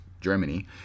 Germany